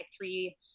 three